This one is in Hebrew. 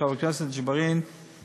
חבר הכנסת ג'בארין,